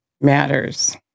matters